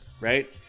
right